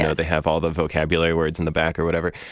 you know they have all the vocabulary words in the back or whatever?